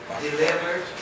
delivered